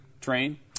train